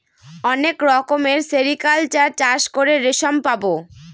অনেক রকমের সেরিকালচার চাষ করে রেশম পাবো